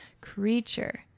creature